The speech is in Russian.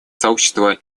сообщество